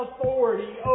authority